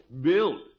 Build